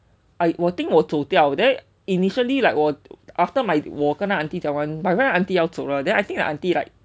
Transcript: I 我 think 我走掉 then initially like 我 after my 我跟那个 auntie 讲完 but then 那个 auntie 要走了 but then 那个 auntie I think like